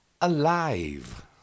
alive